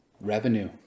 Revenue